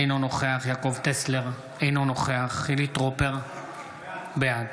אינו נוכח יעקב טסלר, אינו נוכח חילי טרופר, בעד